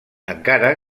encara